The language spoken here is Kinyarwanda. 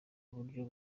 buryo